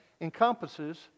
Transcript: encompasses